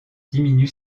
diminue